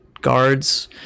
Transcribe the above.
guards